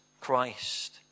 Christ